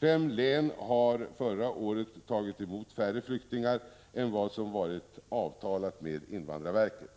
Fem län har förra året tagit emot färre flyktingar än som varit avtalat med invandrarverket.